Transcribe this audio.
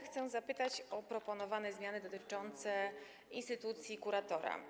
Chcę zapytać o proponowane zmiany dotyczące instytucji kuratora.